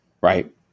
right